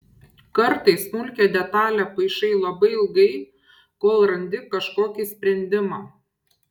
kartais smulkią detalią paišai labai ilgai kol randi kažkokį sprendimą